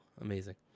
amazing